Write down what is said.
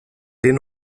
den